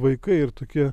vaikai ir tokie